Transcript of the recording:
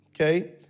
okay